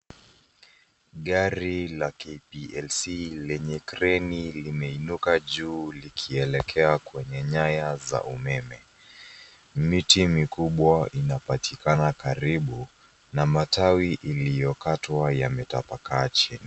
Gari hili la kplc lenye kreni limeinuka juu likielekea kwenye nyaya za umeme. Miti mikubwa inapatikana karibu na matawi iliyokatwa yametapaka chini.